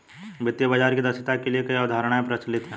वित्तीय बाजार की दक्षता के लिए कई अवधारणाएं प्रचलित है